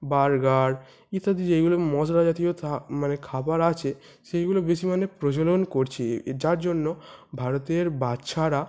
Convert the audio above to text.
burger ইত্যাদি যেগুলো মশলা জাতীয় মানে খাবার আছে সেইগুলো বেশি মানে প্রচলন করছি যার জন্য ভারতের বাচ্চারা